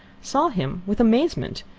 saw him, with amazement,